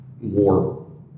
more